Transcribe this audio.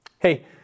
Hey